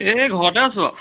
এই ঘৰতে আছ'